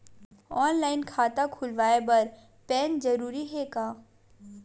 Online खाता खुलवाय बर पैन जरूरी हे का?